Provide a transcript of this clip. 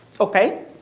Okay